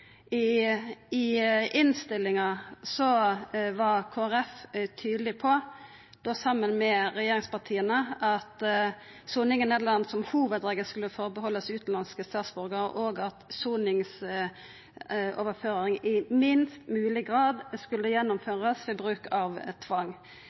I innstillinga var Kristeleg Folkeparti tydeleg på – saman med regjeringspartia – at soning i Nederland som hovudregel skulle gjelda utanlandske statsborgarar, og at soningsoverføring i minst mogleg grad skulle gjennomførast ved bruk av tvang.